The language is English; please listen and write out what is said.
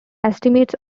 estimates